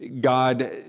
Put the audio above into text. God